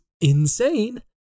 insane